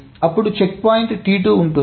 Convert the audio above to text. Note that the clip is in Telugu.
అప్పుడు check point check point T2 ఉంటుంది